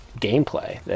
gameplay